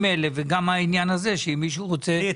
בסדר.